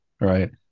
Right